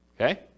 Okay